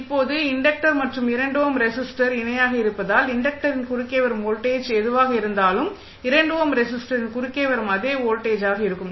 இப்போது இன்டக்டர் மற்றும் 2 ohm resistor இணையாக இருப்பதால் இன்டக்டரின் குறுக்கே வரும் வோல்டேஜ் எதுவாக இருந்தாலும் 2 ஓம் ரெஸிஸ்டரின் குறுக்கே வரும் அதே வோல்டேஜாக இருக்கும்